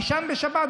תישן בשבת.